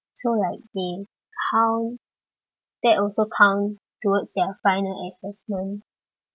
so like they count that also count towards their final assessment